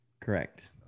Correct